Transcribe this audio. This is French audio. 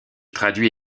traduit